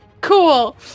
Cool